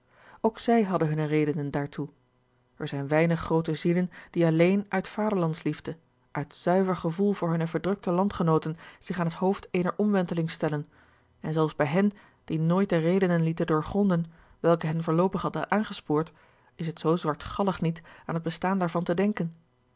ook zij hadden hunne redenen daartoe er zijn weinig groote zielen die alleen uit vaderlandsliefde uit zuiver gevoel voor hunne verdrukte landgenooten zich aan het hoofd eener omwenteling stellen en zelfs bij hen die nooit de redenen lieten doorgrongeorge een ongeluksvogel den welke hen voorloopig hadden aangespoord is het zoo zwartgallig niet aan het bestaan daarvan te denken